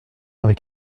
avec